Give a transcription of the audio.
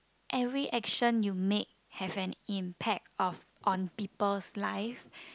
every action you make have an impact of on people's life